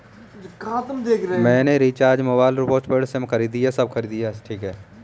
मैंने recharge mobile postpaid और prepaid SIM खरीदे